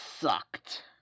sucked